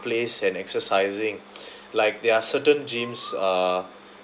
place and exercising like there are certain gyms uh